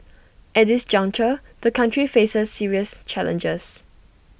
at this juncture the country faces serious challenges